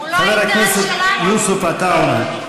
חבר הכנסת יוסף עטאונה.